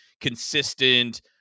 consistent